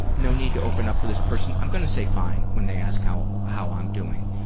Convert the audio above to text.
no need to open up for this person. i'm gonna say fine when they ask how how i'm doing.